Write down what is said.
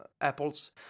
Apple's